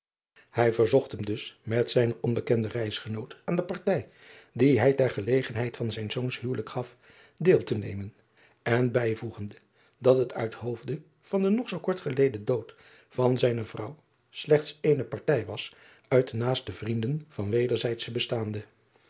ij verzocht hem dus met zijnen onbekenden reisgenoot aan de partij die hij ter gelegenheid van zijns zoons huwelijk gaf driaan oosjes zn et leven van aurits ijnslager deel te nemen er bijvoegende dat het uit hoofde van den nog zoo kort geleden dood van zijne vrouw slechts eene partij was uit de naaste vrienden van wederzijde bestaande